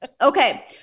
Okay